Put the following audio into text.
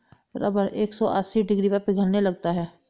rubber एक सौ अस्सी डिग्री पर पिघलने लगता है